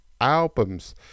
albums